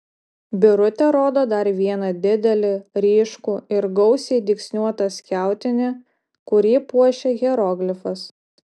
birutė rodo dar vieną didelį ryškų ir gausiai dygsniuotą skiautinį kurį puošia hieroglifas